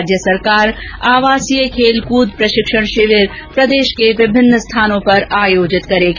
राज्य सरकार आवासीय खेलकूद प्रशिक्षण शिविर प्रदेश के विभिन्न स्थानों पर आयोजित करेगी